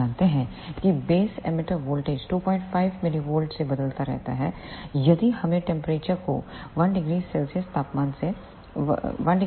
हम जानते हैं कि बेस एमिटर वोल्टेज 25 mV से बदलता रहता है यदि हम टेंपरेचर को1 ° C